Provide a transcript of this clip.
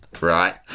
right